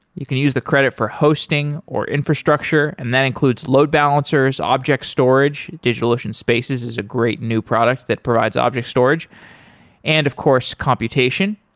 you can use the credit for hosting or infrastructure and that includes load balancers, object storage. digitalocean spaces is a great new product that provides object storage and, of course, computation.